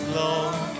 long